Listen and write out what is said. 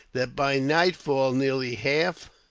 that by nightfall nearly half